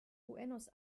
buenos